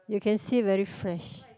you can see very fresh